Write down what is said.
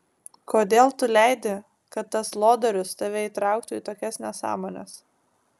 kodėl tu leidi kad tas lodorius tave įtrauktų į tokias nesąmones